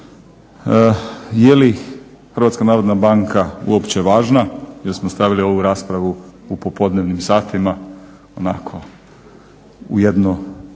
je li HNB uopće važna? Jer smo stavili ovu raspravu u popodnevnim satima onako u jedno